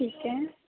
ٹھیک ہے